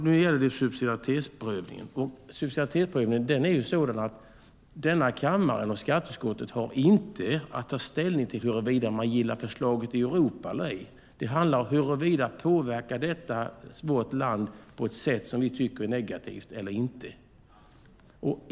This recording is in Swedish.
Nu gäller det subsidiaritetsprövningen. Den är ju sådan att denna kammare och skatteutskottet inte har att ta ställning till huruvida man gillar förslaget i Europa eller ej. Det handlar om huruvida detta påverkar vårt land på ett sätt som vi tycker är negativt eller inte.